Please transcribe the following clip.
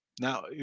Now